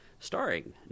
Starring